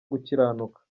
gukiranuka